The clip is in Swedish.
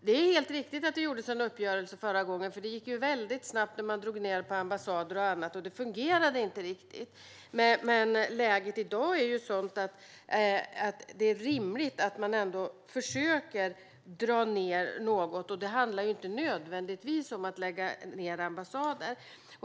Det är helt riktigt att det gjordes en uppgörelse tidigare, eftersom det gick mycket snabbt när man drog ned på resurserna till ambassader och annat, och det fungerade inte riktigt. Men läget i dag är sådant att det är rimligt att man ändå försöker dra ned något. Det handlar inte nödvändigtvis om att lägga ned ambassader.